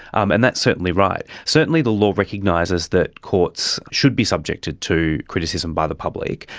um and that's certainly right. certainly the law recognises that courts should be subjected to criticism by the public,